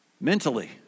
mentally